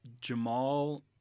Jamal